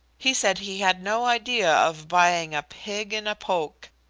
he said he had no idea of buying a pig in a poke.